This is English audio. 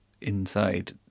inside